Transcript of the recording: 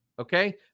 okay